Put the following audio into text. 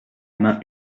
main